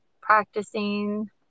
practicing